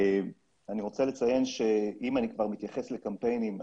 אני רוצה לציין שאם אני כבר מתייחס לקמפיינים,